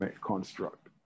construct